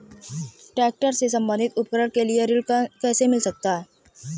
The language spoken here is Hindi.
ट्रैक्टर से संबंधित उपकरण के लिए ऋण कैसे मिलता है?